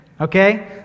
okay